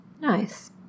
Nice